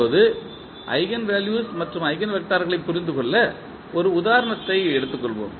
இப்போது ஈஜென்வெல்யூஸ் மற்றும் ஈஜென்வெக்டர்களைப் புரிந்துகொள்ள ஒரு உதாரணத்தை எடுத்துக் கொள்வோம்